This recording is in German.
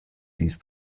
dies